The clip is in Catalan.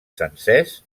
sencers